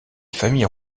familles